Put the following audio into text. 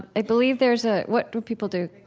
i believe there's a what will people do?